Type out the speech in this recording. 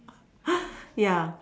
ya